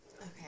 Okay